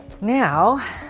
now